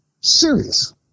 serious